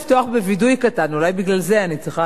אולי בגלל זה אני צריכה קצת יותר שקט.